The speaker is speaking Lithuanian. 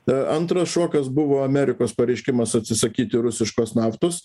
a antra šokas buvo amerikos pareiškimas atsisakyti rusiškos naftos